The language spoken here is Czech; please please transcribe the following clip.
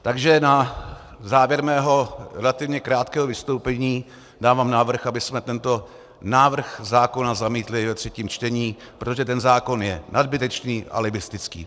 Takže na závěr svého relativně krátkého vystoupení dávám návrh, abychom tento návrh zákona zamítli ve třetím čtení, protože ten zákon je nadbytečný, alibistický.